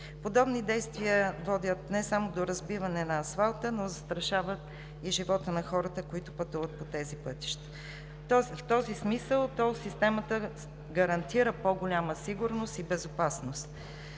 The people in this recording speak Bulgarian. Подобни действия водят не само до разбиване на асфалта, но застрашават и живота на хората, които пътуват по тези пътища. В този смисъл тол системата гарантира по голяма сигурност и безопасност.